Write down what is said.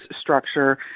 structure